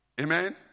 Amen